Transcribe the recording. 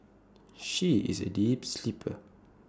she is A deep sleeper